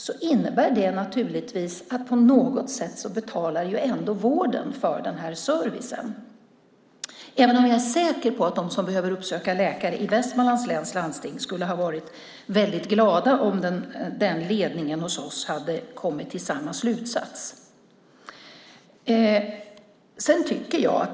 Det innebär att på något sätt betalar ändå vården för den här servicen, även om jag är säker på att de som behöver uppsöka läkare i Västmanlands läns landsting hade varit väldigt glada om ledningen hos oss hade kommit till samma slutsats.